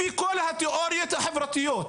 לפי כל התיאוריות החברתיות,